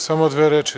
Samo dve reči.